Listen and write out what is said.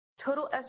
Total